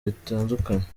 bitandukanye